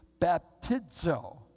baptizo